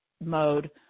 mode